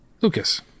lucas